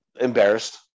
embarrassed